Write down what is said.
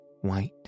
white